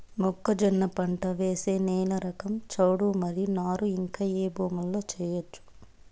మొక్కజొన్న పంట వేసే నేల రకం చౌడు మరియు నారు ఇంకా ఏ భూముల్లో చేయొచ్చు?